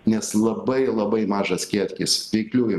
nes labai labai mažas kiekis veikliųjų